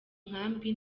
nkambi